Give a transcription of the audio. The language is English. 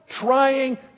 trying